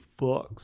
fucks